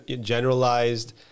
generalized